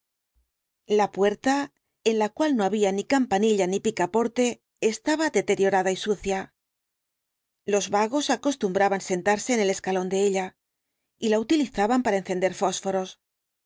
la puerta en la cual no había ni campanilla ni picaporte estaba deteriorada y sucia los vagos acostumbraban sentarse en el escalón de ella y la utilizaban para encender fósforos